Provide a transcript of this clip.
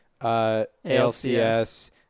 ALCS